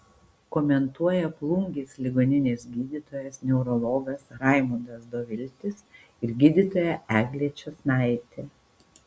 komentuoja plungės ligoninės gydytojas neurologas raimondas doviltis ir gydytoja eglė čėsnaitė